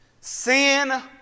Sin